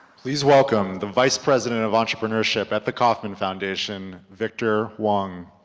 please welcome the vice president of entrepreneurship at the kauffman foundation, victor hwang.